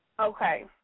Okay